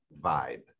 vibe